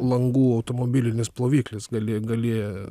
langų automobilinis ploviklis gali gali